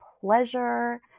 pleasure